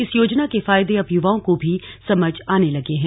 इस योजना के फायदे अब युवाओं को भी समझ आने लगे हैं